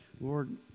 Lord